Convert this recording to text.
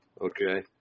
Okay